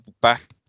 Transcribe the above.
back